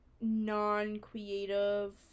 non-creative